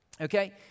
Okay